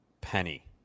Penny